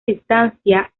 distancia